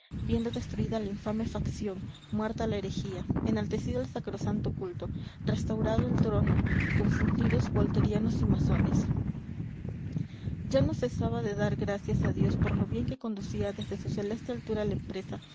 viendo destruida la infame facción muerta la herejía enaltecido el sacrosanto culto restaurado el trono confundidos volterianos y masones yo no cesaba de dar gracias a dios por lo bien que conducía desde su celeste altura la empresa